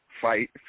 fight